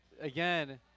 again